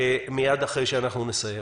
מיד אחרי שאנחנו נסיים.